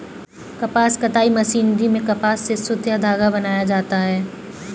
कपास कताई मशीनरी में कपास से सुत या धागा बनाया जाता है